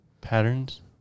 Patterns